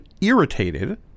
irritated